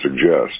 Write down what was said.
suggest